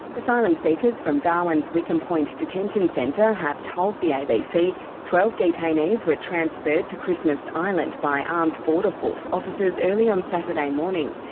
asylum seekers from darwin's wickham point detention centre have told the abc twelve detainees were transferred to christmas island by armed border force officers officers early on saturday morning.